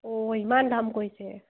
অ' ইমান দাম কৈছে